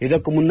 ಇದಕ್ಕೂ ಮುನ್ನ